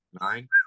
Nine